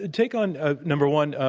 and take on, ah number one,